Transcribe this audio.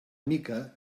mica